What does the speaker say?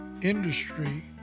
industry